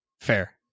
Fair